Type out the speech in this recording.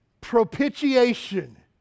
propitiation